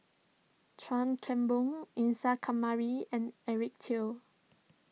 Chuan Keng Boon Isa Kamari and Eric Teo